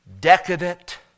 decadent